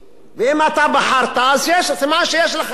ואם אתה בחרת, אז סימן שיש לך במה.